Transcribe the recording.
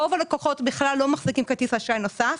ורוב הלקוחות בכלל לא מחזיקים כרטיס אשראי נוסף.